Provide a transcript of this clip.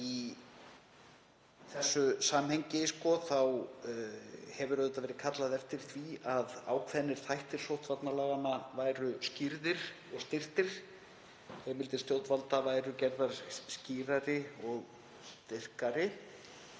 Í þessu samhengi hefur auðvitað verið kallað eftir því að ákveðnir þættir sóttvarnalaganna væru skýrðir og styrktir, heimildir stjórnvalda væru gerðar skýrari og styrkari.